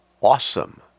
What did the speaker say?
awesome